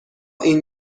این